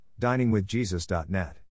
DiningWithJesus.net